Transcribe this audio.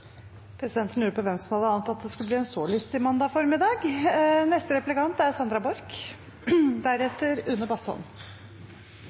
Presidenten hadde ikke forventet at det skulle bli en så lystig formiddag!